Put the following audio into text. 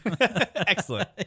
Excellent